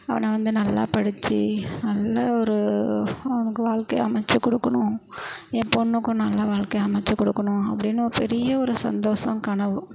அவனை வந்து நல்லா படிச்சு நல்ல ஒரு அவனுக்கு வாழ்க்கைய அமைச்சுக் கொடுக்குணும் என் பெண்ணுக்கும் நல்ல வாழ்க்கைய அமைச்சு கொடுக்குணும் அப்படினு ஒரு பெரிய ஒரு சந்தோஷம் கனவு